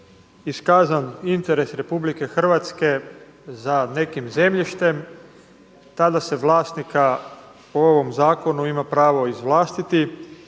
iskazan interes Republike Hrvatske za nekim zemljištem, tada se vlasnika po ovom zakonu ima pravo izvlastiti